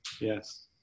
yes